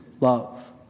love